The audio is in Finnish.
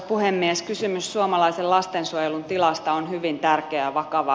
kysymys suomalaisen lastensuojelun tilasta on hyvin tärkeä ja vakava